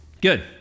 Good